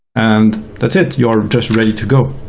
and that's it, you're just ready to go.